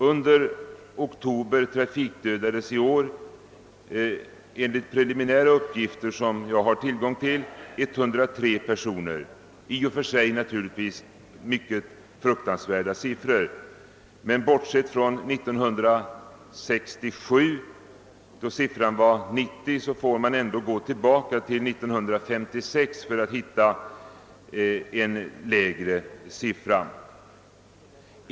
Under oktober i år trafikdödades nämligen enligt preliminära uppgifter som jag har tillgång till 103 personer. Det är i och för sig en fruktansvärd siffra, men bortsett från 1967, då antalet dödade var 90, får man ändå gå tillbaka till 1956 för att hitta en lägre siffra.